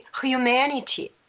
humanity